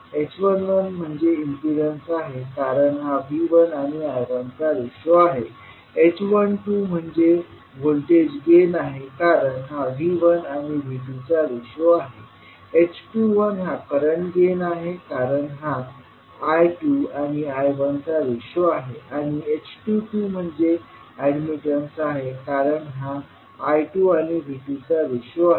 h11 म्हणजे impedance आहे कारण हा V1आणि I1चा रेशो आहे h12 म्हणजे व्होल्टेज गेन आहे कारण हा V1आणि V2चा रेशो आहे h21हा करंट गेन आहे कारण हा I2आणि I1चा रेशो आहे आणि h22 म्हणजे एडमिटन्स आहे कारण हा I2आणि V2चा रेशो आहे